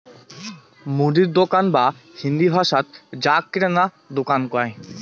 মুদির দোকান বা হিন্দি ভাষাত যাক কিরানা দুকান কয়